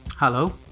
Hello